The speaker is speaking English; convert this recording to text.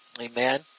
Amen